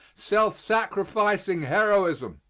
self-sacrificing heroism.